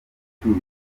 ucyuye